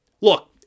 look